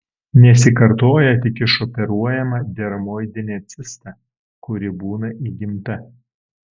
nesikartoja tik išoperuojama dermoidinė cista kuri būna įgimta